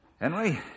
Henry